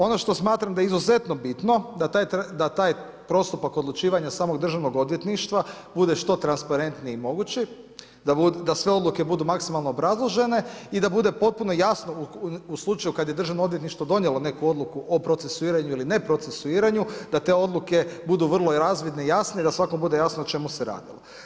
Ono što smatram da je izuzetno bitno da taj postupak odlučivanja samog državnog odvjetništva bude što transparentniji i mogući, da sve odluke budu maksimalno obrazložene i da bude potpuno jasno u slučaju kada je državno odvjetništvo donijelo neku odluku o procesuiranju ili ne procesuiranju da te odluke budu vrlo i razvidne i jasne i da svakom bude jasno o čemu se radilo.